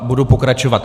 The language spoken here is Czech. Budu pokračovat.